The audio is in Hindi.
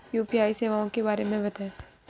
यू.पी.आई सेवाओं के बारे में बताएँ?